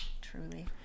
Truly